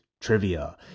trivia